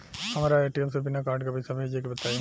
हमरा ए.टी.एम से बिना कार्ड के पईसा भेजे के बताई?